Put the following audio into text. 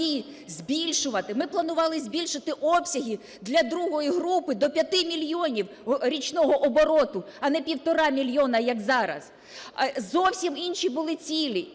збільшувати. Ми планували збільшити обсяги для другої групи до 5 мільйонів річного обороту, а не півтора мільйона, як зараз – зовсім інші були цілі.